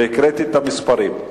והקראתי את המספרים.